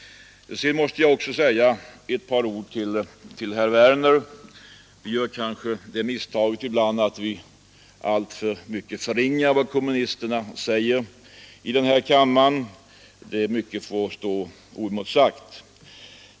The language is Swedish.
Sedan måste jag ocks säga ett par ord till herr Werner i Tyresö. Vi gör kanske det misstaget ibland att vi alltför mycket förringar vad kommunisterna säger här i kammaren. Mycket får stå oemotsagt.